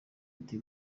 ati